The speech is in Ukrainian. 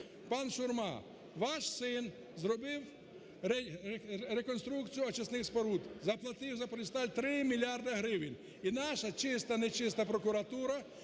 Пан Шурма, ваш син зробив реконструкцію очисних споруд, заплатив "Запоріжсталь" 3 мільярди гривень. І наша чиста нечиста прокуратура